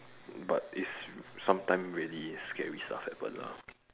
but it's sometimes really scary stuff happen ah